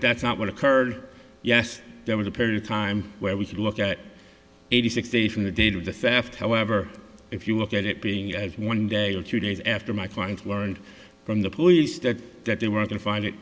that's not what occurred yes there was a period of time where we could look at eighty six days from the date of the theft however if you look at it being as one day or two days after my client learned from the police that that they were going to find it